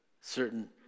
certain